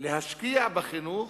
להשקיע בחינוך,